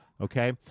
Okay